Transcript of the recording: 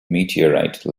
meteorite